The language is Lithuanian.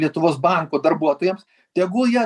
lietuvos bankų darbuotojams tegul jie